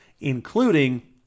including